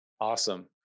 Awesome